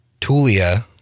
Tulia